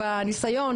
ההצעה,